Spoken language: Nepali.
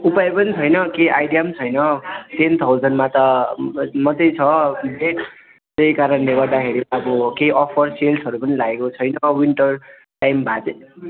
उपाय पनि छैन केही आइडिया छैन टेन थाउजन्डमा त मात्र छ बेड त्यही कारणले गर्दाखेरि अब केही अफर सेल्सहरू पनि लागेको छैन विन्टर टाइम भए चाहिँ